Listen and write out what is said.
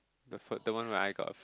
the food that one where I got a